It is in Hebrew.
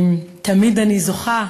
תמיד אני זוכה,